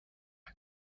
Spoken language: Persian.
این